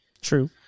True